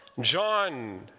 John